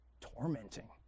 tormenting